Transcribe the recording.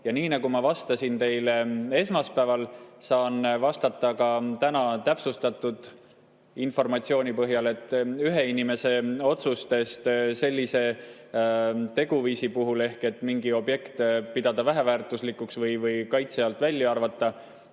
Ja nii nagu ma vastasin teile esmaspäeval, saan vastata ka täna, täpsustatud informatsiooni põhjal, et ühe inimese otsus sellise teguviisi puhul ehk et mingi objekt [hinnata] väheväärtuslikuks või kaitse alt välja arvata